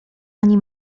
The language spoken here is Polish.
ani